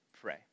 pray